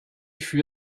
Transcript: fut